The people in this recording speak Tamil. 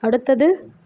அடுத்தது